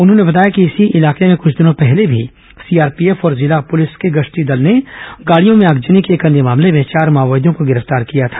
उन्होंने बताया कि इसी इलाके में कुछ दिनों पहले भी सीआरपीएफ और जिला पुलिस के गश्ती दल ने गाड़ियों में आगजनी के एक अन्य मामले में चार माओवादियों को गिरफ्तार किया था